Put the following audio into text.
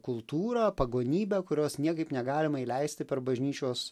kultūrą pagonybę kurios niekaip negalima įleisti per bažnyčios